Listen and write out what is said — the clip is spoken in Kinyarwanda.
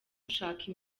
gushaka